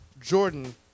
Jordan